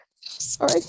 Sorry